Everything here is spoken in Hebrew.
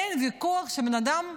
אין ויכוח שבן אדם,